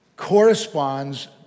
corresponds